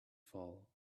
fall